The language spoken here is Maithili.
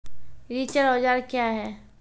रिचर औजार क्या हैं?